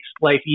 life